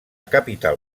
capital